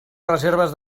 reserves